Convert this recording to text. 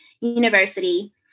university